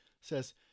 says